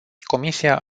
comisia